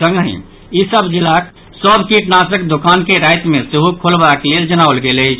संगहि ई सभ जिलाक सभ कीटनाशक दोकान के राति मे सेहो खोलबाक लेल जनाओल गेल अछि